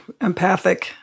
empathic